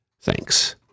thanks